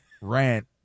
rant